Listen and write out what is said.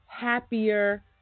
happier